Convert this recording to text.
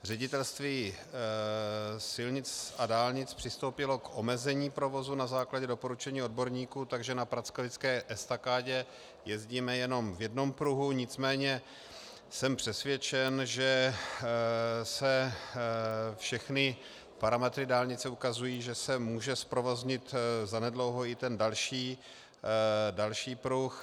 Ředitelství silnic a dálnic přistoupilo k omezení provozu na základě doporučení odborníků, takže na Prackovické estakádě jezdíme jenom v jednom pruhu, nicméně jsem přesvědčen, že všechny parametry dálnice ukazují, že se může zprovoznit zanedlouho i ten další pruh.